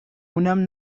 اونم